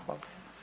Hvala.